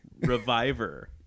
reviver